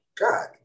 God